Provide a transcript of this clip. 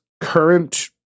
current